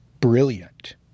brilliant